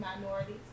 minorities